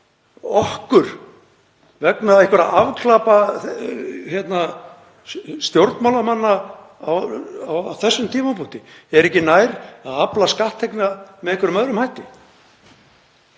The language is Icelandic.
okkur vegna afglapa stjórnmálamanna á þessum tímapunkti. Er ekki nær að afla skatttekna með einhverjum öðrum hætti?